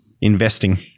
Investing